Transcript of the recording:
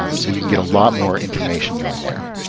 um so you can get a lot more information going there.